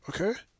Okay